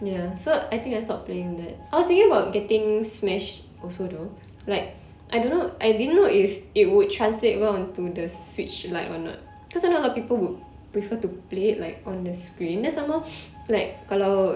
ya so I think I stopped playing that I was thinking of getting Smash also though like I don't know I didn't know if it would translate well onto the Switch Lite or not cause I know a lot of people would prefer to play it like on the screen then some more like kalau